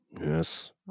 Yes